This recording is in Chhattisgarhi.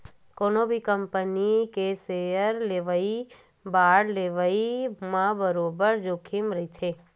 कोनो भी कंपनी के सेयर लेवई, बांड लेवई म बरोबर जोखिम रहिथे